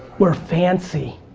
we're fancy.